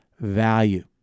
value